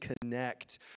connect